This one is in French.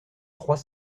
trois